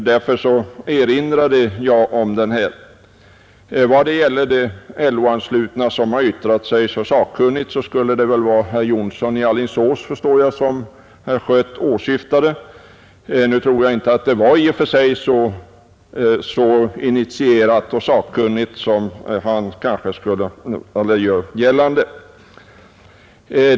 Därför erinrade jag om den: Jag förstår att herr Schött med de LO-anslutna, som har yttrat sig så sakkunnigt, åsyftade herr Jonsson i Alingsås. Emellertid tror jag inte att det var så initierat och sakkunnigt som han ville göra gällande.